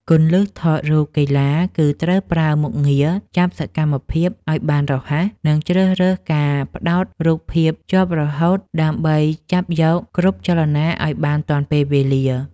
គន្លឹះថតរូបកីឡាគឺត្រូវប្រើមុខងារចាប់សកម្មភាពឱ្យបានរហ័ស និង ជ្រើសរើសការផ្ដោតរូបភាពជាប់រហូតដើម្បីចាប់យកគ្រប់ចលនាឱ្យបានទាន់ពេលវេលា។